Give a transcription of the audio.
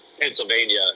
Pennsylvania